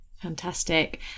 Fantastic